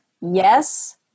yes